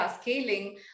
scaling